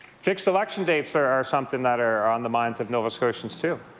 fixed election dates are are something that are on the minds of nova scotians too.